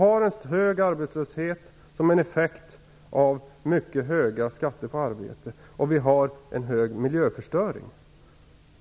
Vi har en hög arbetslöshet som en effekt av mycket höga skatter på arbete, och vi har en stor miljöförstöring.